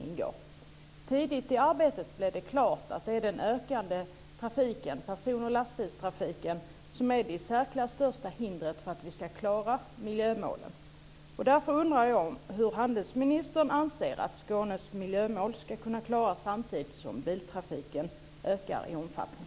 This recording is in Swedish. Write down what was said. Det blev tidigt i dess arbete klart att den ökande person och lastbilstrafiken är det i särklass största hindret för att vi ska klara miljömålen. Skånes miljömål ska kunna klaras samtidigt som biltrafiken ökar i omfattning.